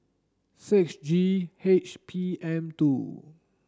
six G H P M two